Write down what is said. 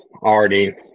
already